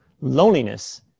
loneliness